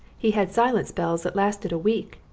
he had silent spells that lasted a week,